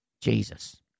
Jesus